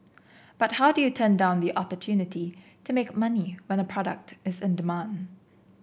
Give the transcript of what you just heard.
but how do you turn down the opportunity to make money when a product is in demand